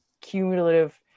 cumulative